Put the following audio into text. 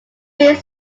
made